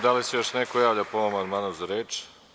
Da li se još neko javlja po ovom amandmanu za reč?